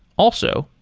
also,